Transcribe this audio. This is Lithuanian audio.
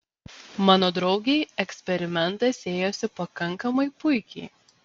mano draugei eksperimentas ėjosi pakankamai puikiai